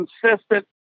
consistent